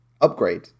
upgrade